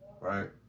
right